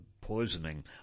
poisoning